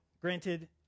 granted